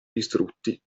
distrutti